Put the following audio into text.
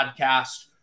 podcast